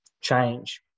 change